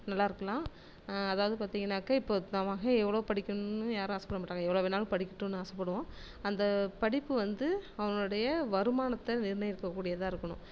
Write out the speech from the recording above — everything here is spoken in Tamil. நல்லாயிருக்கலாம் அதாவது பார்த்திங்கன்னாக்க இப்போ தான் மகன் படிக்கணும்னு யாரும் ஆசைப்பட மாட்டாங்க எவ்வளோ வேணுனாலும் படிக்கட்டும்னு ஆசைப்படுவோம் அந்த படிப்பு வந்து அவனோடய வருமானத்தை நிர்ணயிக்கக் கூடியதாக இருக்கணும்